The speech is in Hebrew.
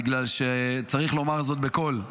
בגלל שצריך לומר זאת בקול: